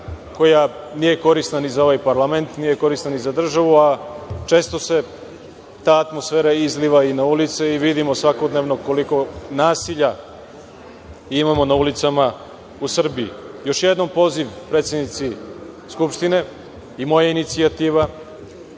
koja nije korisna ni za ovaj parlament, nije korisna ni za državu, a često se ta atmosfera izliva i na ulice i vidimo svakodnevno koliko nasilja imamo na ulicama u Srbiji. Još jednom poziv predsednici Skupštine, i moja inicijativa,